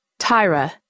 Tyra